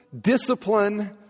discipline